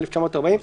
1940,